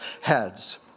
heads